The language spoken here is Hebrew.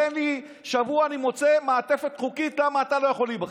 תן לי שבוע ואני מוצא מעטפת חוקית למה אתה לא יכול להיבחר.